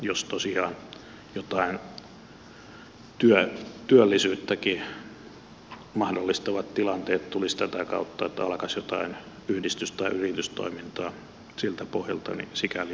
jos tosiaan jotain työllisyyttäkin mahdollistavat tilanteet tulisivat tätä kautta että alkaisi jotain yhdistys tai yritystoimintaa siltä pohjalta niin sikäli tämä on kannatettava